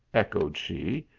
echoed she,